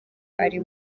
ari